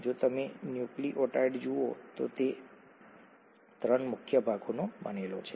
જો તમે ન્યુક્લિઓટાઇડ જુઓ તો તે ત્રણ મુખ્ય ભાગોનો બનેલો છે